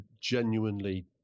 genuinely